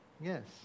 Yes